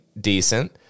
decent